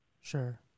Sure